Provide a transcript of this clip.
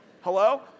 hello